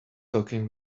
talking